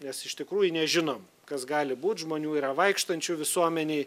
nes iš tikrųjų nežinom kas gali būt žmonių yra vaikštančių visuomenėj